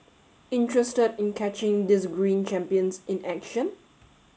interested in catching these green champions in action